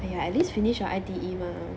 !aiya! at least finish your I_T_E mah